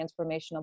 transformational